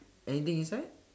anything inside